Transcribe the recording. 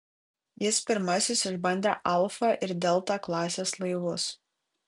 jis pirmasis išbandė alfa ir delta klasės laivus